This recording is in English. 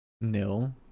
NIL